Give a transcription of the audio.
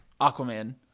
Aquaman